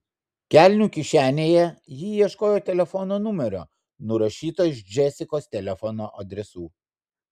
kelnių kišenėje ji ieškojo telefono numerio nurašyto iš džesikos telefono adresų